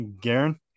Garen